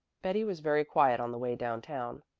betty was very quiet on the way down-town.